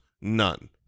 none